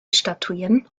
statuieren